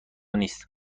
نیست